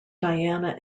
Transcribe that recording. diana